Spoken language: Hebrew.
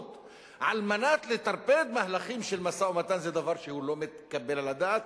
על מנת לטרפד מהלכים של משא-ומתן זה דבר שהוא לא מתקבל על הדעת,